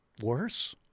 Worse